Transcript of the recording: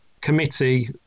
committee